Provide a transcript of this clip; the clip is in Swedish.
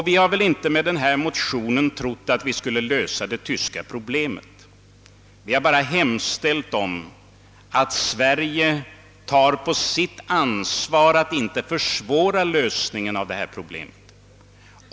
Vi har heller inte med vår motion trott oss kunna lösa det tyska problemet; vi har bara hemställt att Sverige skall ta på sitt ansvar att inte försvåra en sådan lösning.